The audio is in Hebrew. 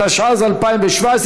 התשע"ז 2017,